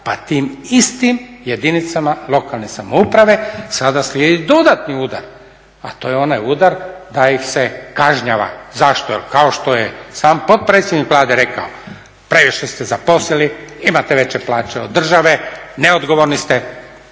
pa tim istim jedinicama lokalne samouprave, sada slijedi dodatni udar, a to je onaj udar da ih se kažnjava. Zašto? Jer kao što je sam potpredsjednik Vlade rekao, previše ste zaposlili, imate veće plaće od države, neodgovorni ste,